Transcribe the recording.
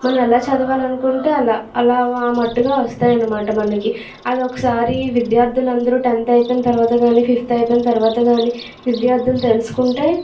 మనం ఎలా చదవాలి అనుకుంటే అలా అలా ఆ మటుగా వస్తాయి అనమాట మనకి అది ఒకసారి విద్యార్థులందరూ టెన్త్ అయిపోయిన తర్వాత కానీ ఫిఫ్త్ అయిపోయిన తర్వాత గాని విద్యార్థులు తెలుసుకుంటే